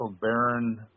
Baron